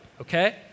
okay